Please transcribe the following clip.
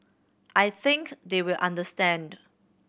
I think they will understand